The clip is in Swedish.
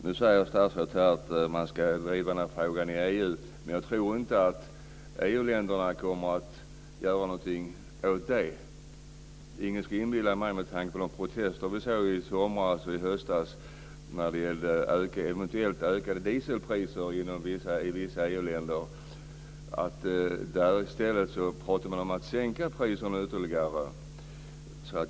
Nu säger statsrådet att man ska driva den här frågan i EU, men jag tror inte att EU-länderna kommer att göra någonting åt detta. Det ska ingen inbilla mig, med tanke på de protester vi såg i somras och i höstas när det gällde eventuellt ökade dieselpriser i vissa EU-länder. Där pratar man i stället om att sänka priserna ytterligare.